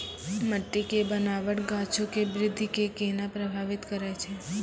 मट्टी के बनावट गाछो के वृद्धि के केना प्रभावित करै छै?